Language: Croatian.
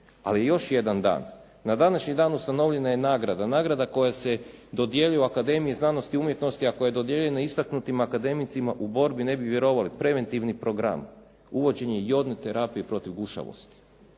ali još jedan dan. Na današnji dan ustanovljena je nagrada, nagrada koja se dodjeljuje Akedemiji znanosti i umjetnosti, a koja je dodijeljena istaknutim akademicima u borbi ne bi vjerovali preventivni program, uvođenje jodne terapije protiv gušavosti.